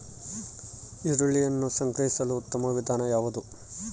ಈರುಳ್ಳಿಯನ್ನು ಸಂಗ್ರಹಿಸಲು ಉತ್ತಮ ವಿಧಾನ ಯಾವುದು?